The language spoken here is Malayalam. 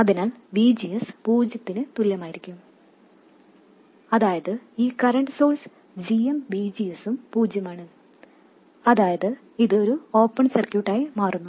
അതിനാൽ VGS പൂജ്യത്തിന് തുല്യമായിരിക്കും അതായത് ഈ കറൻറ് സോഴ്സ് gmVGS ഉം പൂജ്യമാണ് അതായത് ഇത് ഒരു ഓപ്പൺ സർക്യൂട്ട് ആയി മാറുന്നു